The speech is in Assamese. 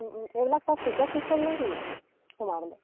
এইবিলাক সব টিকট চিষ্টেম নে কি সোমাবলৈ